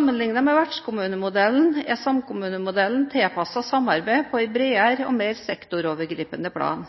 med vertskommunemodellen er samkommunemodellen tilpasset samarbeid på et bredere og mer sektorovergripende plan,